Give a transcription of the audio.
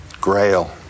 grail